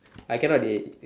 I cannot dey